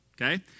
Okay